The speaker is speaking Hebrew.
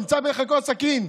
נמצאה בחיקו סכין,